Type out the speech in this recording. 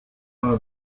our